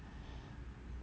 think